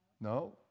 No